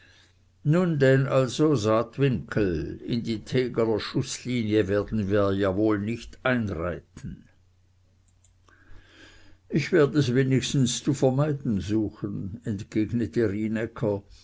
nun denn also saatwinkel in die tegeler schußlinie werden wir ja wohl nicht einreiten ich werd es wenigstens zu vermeiden suchen entgegnete